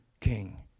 king